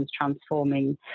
transforming